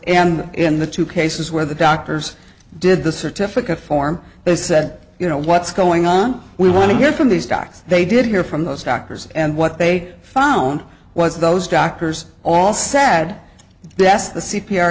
and in the two cases where the doctors did the certificate form they said you know what's going on we want to hear from these docs they did hear from those doctors and what they found was those doctors all sad that's the c